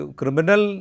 criminal